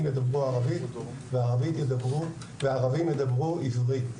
ידברו ערבית וערבים ידברו עברית.